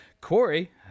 Corey